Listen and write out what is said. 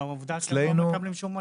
אבל עובדה שהם לא מקבלים שום מסלול.